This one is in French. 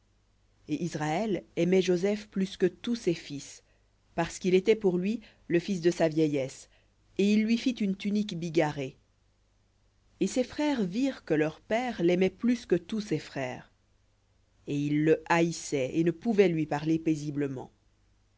et israël aimait joseph plus que tous ses fils parce qu'il était pour lui le fils de sa vieillesse et il lui fit une tunique bigarrée et ses frères virent que leur père l'aimait plus que tous ses frères et ils le haïssaient et ne pouvaient lui parler paisiblement